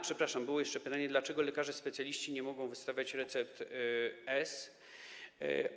Przepraszam, było jeszcze pytanie, dlaczego lekarze specjaliści nie mogą wystawiać recept S.